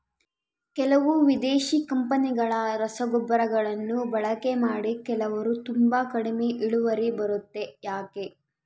ಕೆಲವು ವಿದೇಶಿ ಕಂಪನಿಗಳ ರಸಗೊಬ್ಬರಗಳನ್ನು ಬಳಕೆ ಮಾಡಿ ಕೆಲವರು ತುಂಬಾ ಕಡಿಮೆ ಇಳುವರಿ ಬರುತ್ತೆ ಯಾಕೆ?